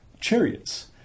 chariots